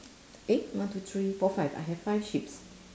eh one two three four five I have five sheeps